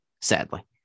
sadly